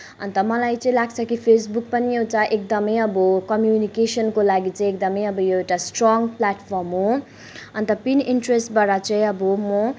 अन्त मलाई चाहिँ लाग्छ कि फेसबुक पनि एउटा एकदमै अब कम्युनिकेसनको लागि चाहिँ एकदमै अब यो एउटा स्ट्रङ प्लेटफर्म हो अन्त पिन इन्ट्रेस्टबाट चाहिँ अब म